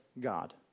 God